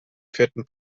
vierten